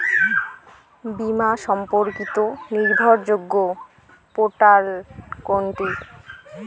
বীমা সম্পর্কিত নির্ভরযোগ্য পোর্টাল কোনটি?